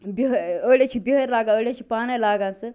بہٲرۍ أڑۍ حظ چھِ بِہٲرۍ لاگان أڑۍ حظ چھِ پانٔے لاگان سۄ